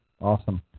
Awesome